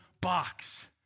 box